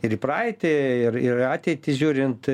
ir į praeitį ir ir į ateitį žiūrint